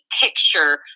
picture